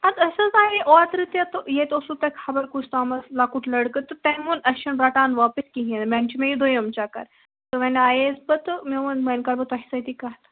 اَدٕ أسۍ حظ آیے اوترٕ تہِ تہٕ ییٚتہِ اوسوٕ تۄہہِ خبرکُس تامَ لۅکُٹ لٔڑکہٕ تہٕ تٔمۍ ووٚن أسۍ چھِ نہٕ رٹان واپس کِہیٖنٛۍ وۅنۍ چھِ مےٚ یہِ دوٚیِم چَکَر تہٕ وۅنۍ آییٚیَس بہٕ تہٕ مےٚ ووٚن ؤنۍ کَرٕ بہٕ تۄہہِ سۭتی کَتھ